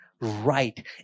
right